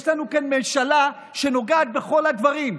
יש לנו כאן ממשלה שנוגעת בכל הדברים.